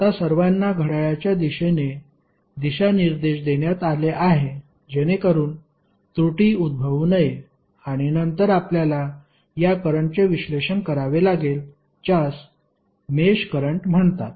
आता सर्वांना घड्याळाच्या दिशेने दिशा निर्देश देण्यात आले आहे जेणेकरून त्रुटी उद्भवू नये आणि नंतर आपल्याला या करंटचे विश्लेषण करावे लागेल ज्यास मेष करंट म्हणतात